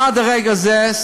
עד לרגע זה,